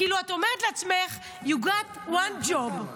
כאילו את אומרת לעצמךYou had one job,